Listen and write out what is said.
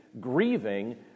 grieving